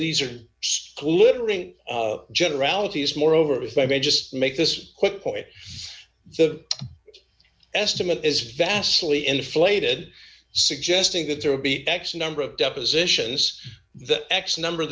littering generalities moreover if i may just make this quick point the estimate is vastly inflated suggesting that there would be x number of depositions that x number